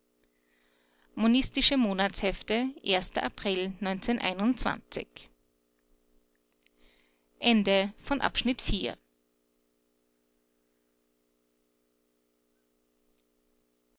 monistische monatshefte april